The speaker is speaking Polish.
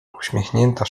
uśmiechnięta